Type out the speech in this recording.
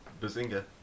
Bazinga